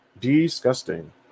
Disgusting